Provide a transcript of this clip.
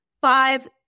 five